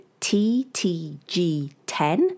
TTG10